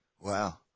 Wow